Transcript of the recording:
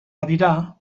badira